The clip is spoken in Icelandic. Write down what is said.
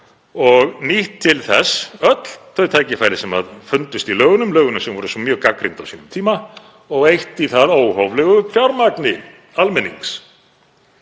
og nýtt til þess öll þau tækifæri sem fundust í lögunum, lögunum sem voru svo mjög gagnrýnd á sínum tíma, og eytt í það óhóflegu fjármagni almennings